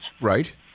Right